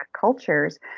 cultures